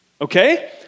Okay